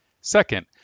Second